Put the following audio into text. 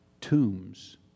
tombs